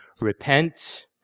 Repent